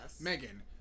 Megan